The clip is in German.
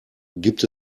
gibt